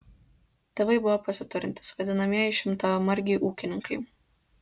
tėvai buvo pasiturintys vadinamieji šimtamargiai ūkininkai